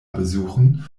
besuchen